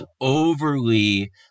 overly